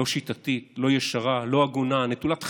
לא שיטתית, לא ישרה, לא הגונה, נטולת חמלה,